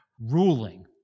ruling